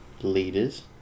leaders